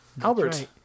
Albert